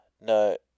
no